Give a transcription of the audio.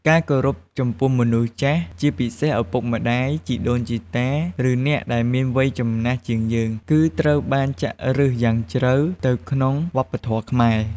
ការគោរពចំពោះមនុស្សចាស់ ជាពិសេសឪពុកម្ដាយ ជីដូនជីតា ឬអ្នកដែលមានវ័យចំណាស់ជាងយើង គឺត្រូវបានចាក់ឫសយ៉ាងជ្រៅទៅក្នុងវប្បធម៌ខ្មែរ។